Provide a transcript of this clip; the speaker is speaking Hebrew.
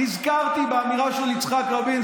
נזכרתי באמירה של יצחק רבין,